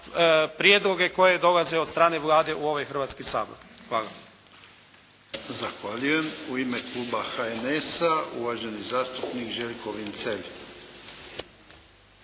prijedloge koji dolaze od strane Vlade u ovaj Hrvatski sabor? Hvala.